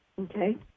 Okay